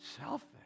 Selfish